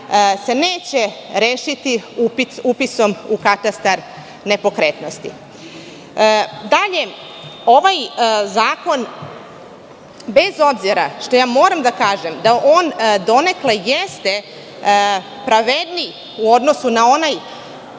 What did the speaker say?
se neće rešiti upisom u katastar nepokretnosti. Dalje, ovaj zakon, bez obzira što moram da kažem da on donekle jeste pravedniji u odnosu na onaj